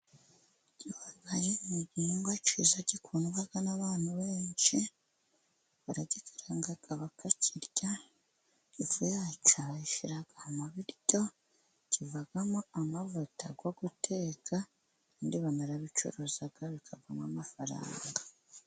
Igihwagari ni igihingwa cyiza gikundwa n'abantu benshi baragicuranga bakakirya bagishyira mu biryo, kivagamo amavuta yo guteka. Ikindi banarabicuruza bikavamo amafaranga.